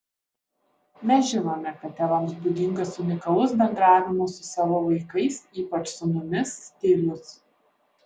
mes žinome kad tėvams būdingas unikalus bendravimo su savo vaikais ypač sūnumis stilius